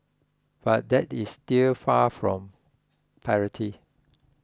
but that is still far from parity